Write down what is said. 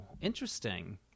interesting